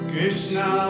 Krishna